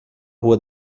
rua